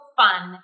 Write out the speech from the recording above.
fun